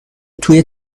توی